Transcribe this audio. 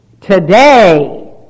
Today